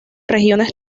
regiones